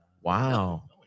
Wow